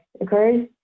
occurs